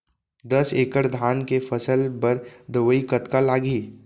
दस एकड़ धान के फसल बर दवई कतका लागही?